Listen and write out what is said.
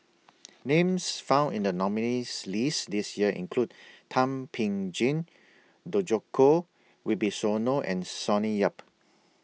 Names found in The nominees' list This Year include Thum Ping Tjin Djoko Wibisono and Sonny Yap